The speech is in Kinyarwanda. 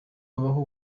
babaho